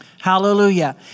Hallelujah